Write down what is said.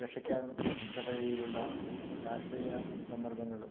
രക്ഷിക്കാൻ തക്ക രീതിയിലുള്ള രാഷ്ട്രീയ സമ്മർദ്ദങ്ങൾ